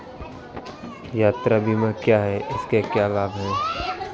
यात्रा बीमा क्या है इसके क्या लाभ हैं?